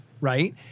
right